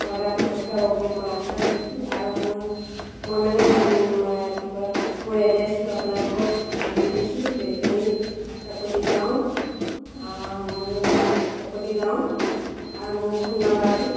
অৰ্ডাৰটো পঠিয়াব বুলি মই আশা ৰাখিছোঁ আৰু মোৰ মই মানে কি কয় মোৰ এড্ৰেছটো আপোনালোকক দি দিছোঁ বেটনী কাকতি গাঁও মোৰ কাকতি গাঁও আৰু মোৰ ফোন নাম্বাৰটো